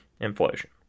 inflation